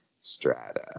Strata